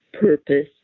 purpose